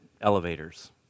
elevators